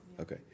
Okay